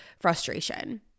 frustration